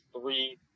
three